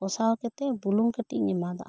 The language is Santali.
ᱠᱚᱥᱟᱣ ᱠᱟᱛᱮᱜ ᱵᱩᱞᱩᱝ ᱠᱟᱴᱤᱡ ᱮᱢᱟᱫᱟ